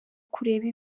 kureba